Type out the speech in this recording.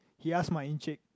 he ask my Encik